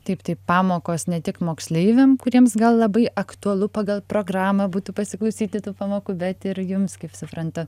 taip tai pamokos ne tik moksleiviam kuriems gal labai aktualu pagal programą būtų pasiklausyti tų pamokų bet ir jums kaip suprantu